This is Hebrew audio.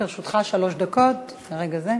עומדות לרשותך שלוש דקות מרגע זה.